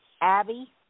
Abby